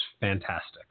fantastic